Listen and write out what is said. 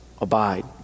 abide